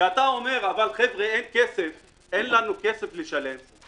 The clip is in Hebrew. כשאתה אומר: "אבל חבר'ה, אין לנו כסף לשלם"